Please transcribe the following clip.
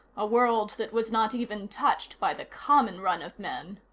a world that was not even touched by the common run of men.